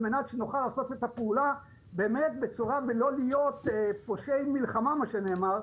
על-מנת שנוכל לעשות את הפעולה ולא להיות "פושעי מלחמה" כמו שנאמר,